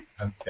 Okay